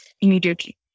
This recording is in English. immediately